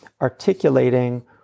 articulating